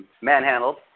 manhandled